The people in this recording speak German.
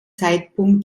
zeitpunkt